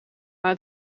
maar